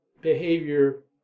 behavior